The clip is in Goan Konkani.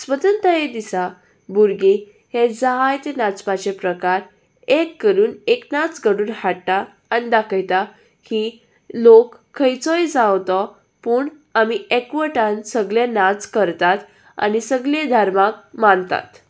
स्वतंत्रय दिसा भुरगीं हें जायते नाचपाचे प्रकार एक करून एक नाच घडून हाडटा आनी दाखयता ही लोक खंयचोय जाव तो पूण आमी एकवटान सगले नाच करतात आनी सगले धर्माक मानतात